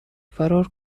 فرار